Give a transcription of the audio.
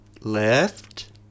left